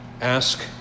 ask